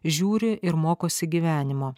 žiūri ir mokosi gyvenimo